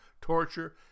torture